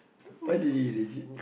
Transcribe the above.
why did he erase it